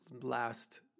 last